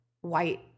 white